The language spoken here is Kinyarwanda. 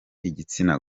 igitsina